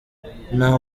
nta